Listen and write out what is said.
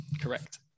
Correct